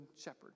shepherd